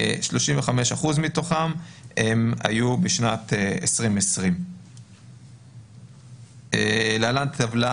35% מתוכם הם היו בשנת 2020. להלן טבלה